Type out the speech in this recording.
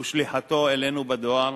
ולשליחתו אלינו בדואר,